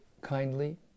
kindly